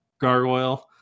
gargoyle